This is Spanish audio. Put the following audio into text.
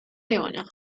leona